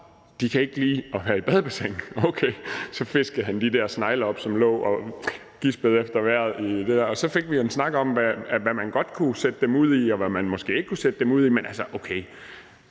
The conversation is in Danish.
de kan ikke lide at være i badebassin. Okay, så fiskede han de der snegle op, som lå og gispede efter vejret i det der bassin. Og så fik vi en snak om, hvad man godt kunne sætte dem ud i, og hvad man måske ikke kunne sætte dem ud i.